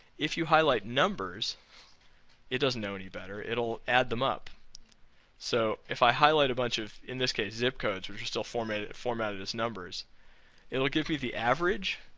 if you highlight numbers it doesn't know any better, it'll add them up so if i highlight a bunch of, in this case, zip codes which are still formatted formatted as numbers it'll give me the average,